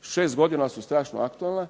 šest godina ali su strašno aktualna